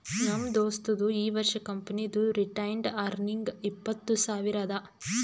ನಮ್ ದೋಸ್ತದು ಈ ವರ್ಷ ಕಂಪನಿದು ರಿಟೈನ್ಡ್ ಅರ್ನಿಂಗ್ ಇಪ್ಪತ್ತು ಸಾವಿರ ಅದಾ